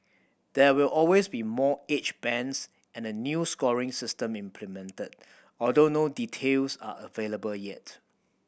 there will always be more age bands and a new scoring system implemented although no details are available yet